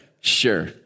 sure